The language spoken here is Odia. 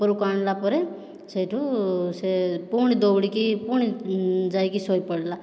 ଉପରକୁ ଆଣିଲା ପରେ ସେଇଠୁ ସେ ପୁଣି ଦୌଡ଼ିକି ପୁଣି ଯାଇକି ଶୋଇ ପଡ଼ିଲା